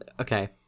Okay